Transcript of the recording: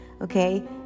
Okay